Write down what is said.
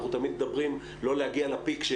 אנחנו תמיד מדברים לא להגיע לפיק,